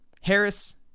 Harris